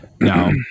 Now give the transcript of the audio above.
Now